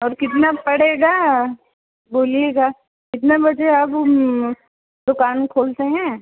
और कितना पड़ेगा बोलिएगा कितने बजे अब दुकान खोलते हैं